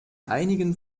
einigen